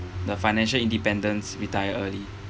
the financial independence retire early